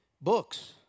books